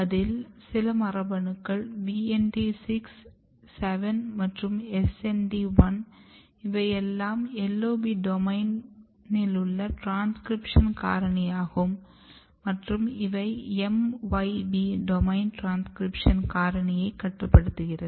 அதில் சில மரபணுக்கள் VND 6 7 மற்றும் SND 1 இவையெல்லாம் LOB டொமைன் உள்ள ட்ரான்ஸக்ரிப்ஷன் காரணியாகும் மற்றும் இவை MYB டொமைன் ட்ரான்ஸ்க்ரிப்ஷன் காரணியை கட்டுப்படுத்துகிறது